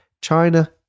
China